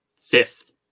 Fifth